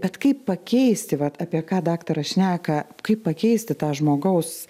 bet kaip pakeisti vat apie ką daktaras šneka kaip pakeisti tą žmogaus